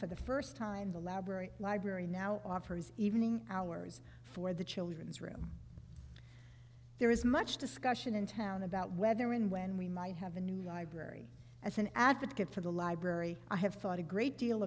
for the first time the lab or library now offers evening hours for the children's room there is much discussion in town about whether and when we might have a new library as an advocate for the library i have thought a great deal